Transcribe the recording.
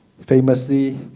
famously